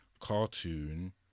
cartoon